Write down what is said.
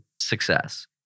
success